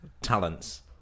talents